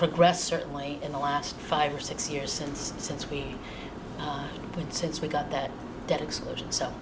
progress certainly in the last five or six years since since we've been since we got that debt explosion so